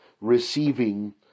receiving